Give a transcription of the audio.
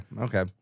Okay